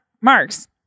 Marks